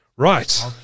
Right